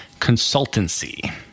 consultancy